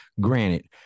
Granted